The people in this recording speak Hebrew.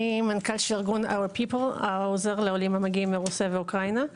אני מנכ"ל ארגון our people העוזר לעולים המגיעים מרוסיה ואוקראינה.